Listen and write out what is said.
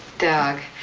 doug,